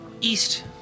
east